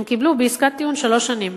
הם קיבלו בעסקת טיעון שלוש שנים.